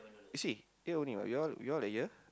you see here only what y'all y'all are here